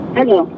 Hello